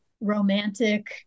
romantic